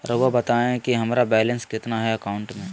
रहुआ बताएं कि हमारा बैलेंस कितना है अकाउंट में?